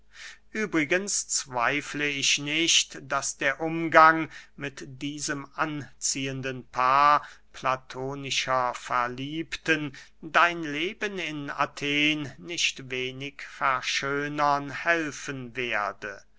übrigens zweifle ich nicht daß der umgang mit diesem anziehenden paar platonischer verliebten dein leben in athen nicht wenig verschönern helfen werde